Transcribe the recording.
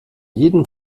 jedem